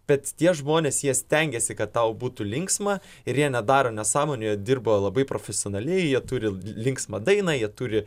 bet tie žmonės jie stengiasi kad tau būtų linksma ir jie nedaro nesąmonių jie dirbo labai profesionaliai jie turi linksmą dainą jie turi